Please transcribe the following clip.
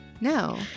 No